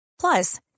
Plus